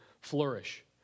flourish